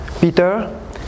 Peter